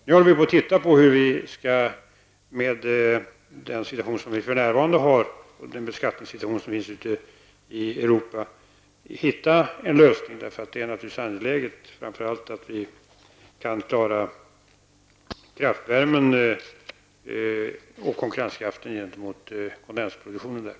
Vi håller på att studera den beskattningssituation som för närvarande finns i Europa och försöker hitta en lösning. Det är naturligtvis angeläget att vi kan klara kraftvärmen och konkurrenskraften gentemot kondensproduktionen i Europa.